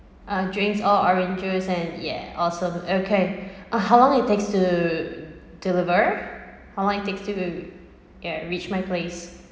uh drinks all orange juice and yeah awesome okay uh how long it take to deliver how long it takes to yeah reach my place